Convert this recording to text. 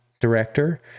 director